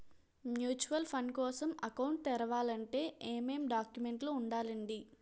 Mutual fund కోసం account తెరవాలంటే ఏమేం డాక్యుమెంట్లు ఉండాలండీ?